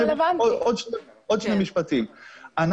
משפטים.